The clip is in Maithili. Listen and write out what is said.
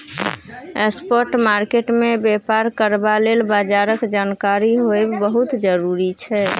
स्पॉट मार्केट मे बेपार करबा लेल बजारक जानकारी होएब बहुत जरूरी छै